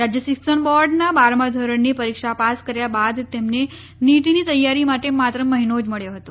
રાજ્ય શિક્ષણ બોર્ડની બારમા ધોરણની પરીક્ષા પાસ કર્યા બાદ તેમને નીટની તૈયારી માટે માત્ર મહિનો જ મળ્યો હતો